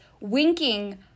winking